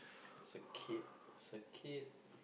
as a kid as a kid